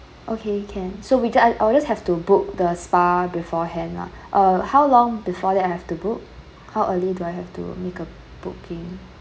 okay can so we just I will just have to book the spa beforehand lah uh how long before that I have to book how early do I have to make a booking